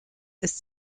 ist